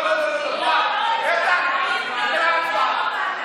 לא, לא, לא, איתן, הסתיימה ההצבעה.